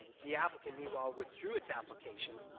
the applicant, meanwhile, withdrew its application,